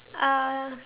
uh